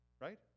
right